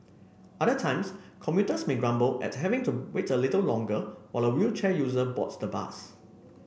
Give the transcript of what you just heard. other times commuters may grumble at having to wait a little longer while a wheelchair user boards the bus